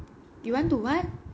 you want to what